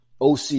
OC